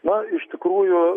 na iš tikrųjų